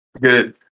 Good